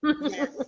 Yes